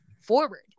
forward